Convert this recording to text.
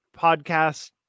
podcast